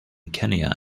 kenya